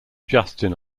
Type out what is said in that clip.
justin